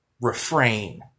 refrain